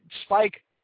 Spike